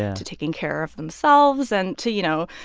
to taking care of themselves and to, you know,